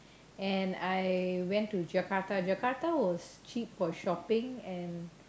and I went to Jakarta Jakarta was cheap for shopping and